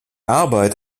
arbeit